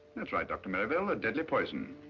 that's right, doctor merrivale, a deadly poison.